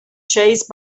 chased